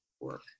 work